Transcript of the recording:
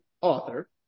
author